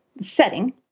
setting